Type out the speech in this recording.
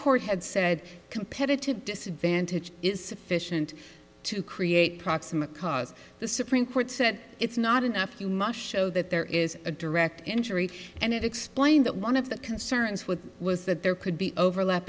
court had said competitive disadvantage is sufficient to create proximate cause the supreme court said it's not enough you must show that there is a direct injury and it explained that one of the concerns with was that there could be overlap